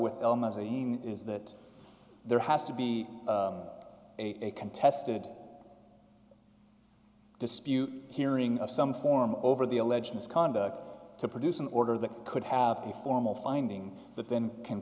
with elle magazine is that there has to be a contested dispute hearing of some form over the alleged misconduct to produce an order that could have a formal finding that then can